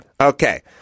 Okay